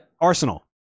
Arsenal